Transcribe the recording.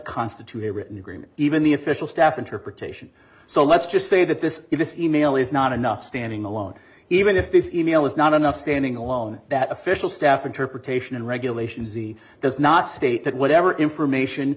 constitute a written agreement even the official staff interpretation so let's just say that this e mail is not enough standing alone even if this e mail is not enough standing alone that official staff interpretation and regulations he does not state that whatever information